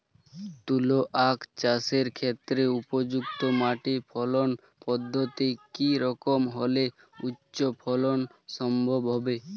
তুলো আঁখ চাষের ক্ষেত্রে উপযুক্ত মাটি ফলন পদ্ধতি কী রকম হলে উচ্চ ফলন সম্ভব হবে?